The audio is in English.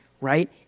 right